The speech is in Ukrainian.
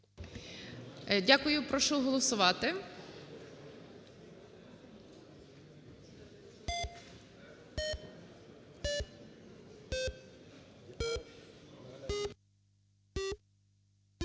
Дякую. Прошу голосувати.